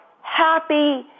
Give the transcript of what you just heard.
happy